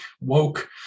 woke